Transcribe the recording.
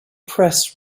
press